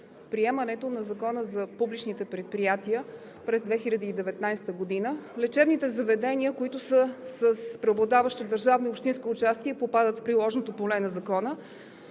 приемането на Закона за публичните предприятия през 2019 г. Лечебните заведения, които са с преобладаващо държавно и общинско участие, попадат в приложното поле на Закона.